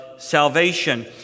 Salvation